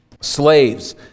Slaves